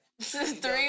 Three